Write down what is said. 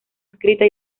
escrita